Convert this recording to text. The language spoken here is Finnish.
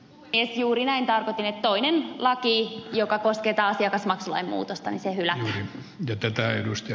en juuri näitä littoinen laatii joka postin asiakasmaksulain muutosta tehyllä jätetä edusti